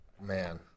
Man